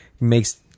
makes